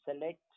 select